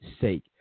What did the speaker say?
sake